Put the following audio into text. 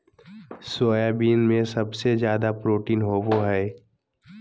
soybean में सबसे ज़्यादा प्रोटीन होबा हइ